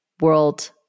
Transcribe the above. world